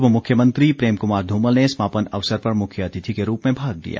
पूर्व मुख्यमंत्री प्रेम कुमार ध्रमल ने समापन अवसर पर मुख्य अतिथि के रूप में भाग लिया